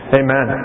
amen